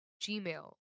Gmail